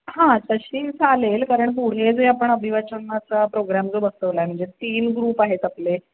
हां तशी चालेल कारण पुढे जे आपण अभिवाचनाचा प्रोग्रॅम जो बसवला आहे म्हणजे तीन ग्रुप आहेत आपले